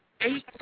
eight